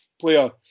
player